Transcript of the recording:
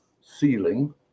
ceiling